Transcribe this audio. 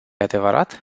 adevărat